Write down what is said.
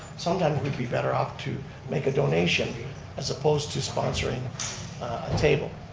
sometimes we'd be better off to make a donation as opposed to sponsoring a table.